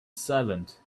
silent